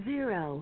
Zero